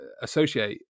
associate